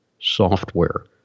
software